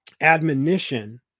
admonition